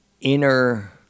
inner